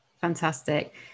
Fantastic